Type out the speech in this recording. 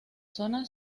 zona